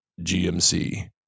GMC